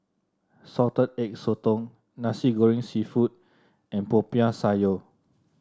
Salted Egg Sotong Nasi Goreng seafood and Popiah Sayur